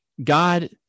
God